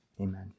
amen